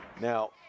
Now